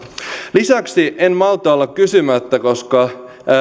lisäksi en malta olla kysymättä koska